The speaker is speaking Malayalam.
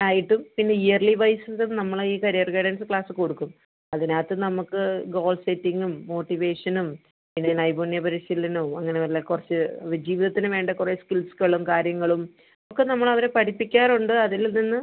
ആയിട്ടും പിന്നെ ഇയർലി വൈസിത് നമ്മൾ ഈ കരിയർ ഗൈഡൻസ് ക്ലാസ് കൊടുക്കും അതിനകത്ത് നമുക്ക് ഗോൾ സെറ്റിംഗും മോട്ടിവേഷനും പിന്നെ നൈപുണ്യ പരിശീലനവും അങ്ങനെ വല്ല കുറച്ച് ജീവിതത്തിന് വേണ്ട കുറെ സ്കിൽസ്കളും കാര്യങ്ങളും ഒക്കെ നമ്മൾ അവരെ പഠിപ്പിക്കാറുണ്ട് അതിൽ നിന്ന്